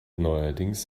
neuerdings